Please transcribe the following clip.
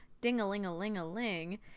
ding-a-ling-a-ling-a-ling